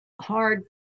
hard